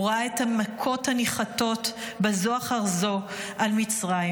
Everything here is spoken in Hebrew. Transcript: הוא ראה את המכות הניחתות בזו אחר זו על מצרים,